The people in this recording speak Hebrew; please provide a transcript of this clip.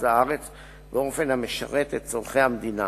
הארץ באופן המשרת את צורכי המדינה